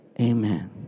Amen